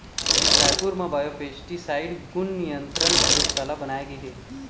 रायपुर म बायोपेस्टिसाइड गुन नियंत्रन परयोगसाला बनाए गे हे